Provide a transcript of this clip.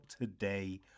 today